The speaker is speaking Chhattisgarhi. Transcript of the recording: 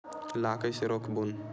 ला कइसे रोक बोन?